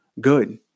good